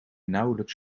nauwelijks